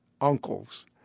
uncles